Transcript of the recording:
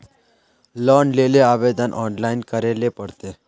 Loan लेले आवेदन online करे ले पड़ते?